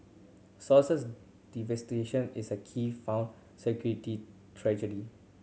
sources is a key found security tragedy